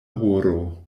horo